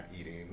eating